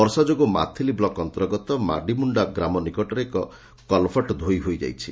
ବର୍ଷା ଯୋଗୁଁ ମାଥିଲି ବ୍ଲକ୍ ଅନ୍ତର୍ଗତ ମାଡିମୁଖା ଗ୍ରାମ ନିକଟରେ ଏକ ଲଭଟ୍ ଧୋଇ ହୋଇଯାଇଛି